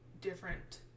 different